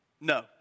No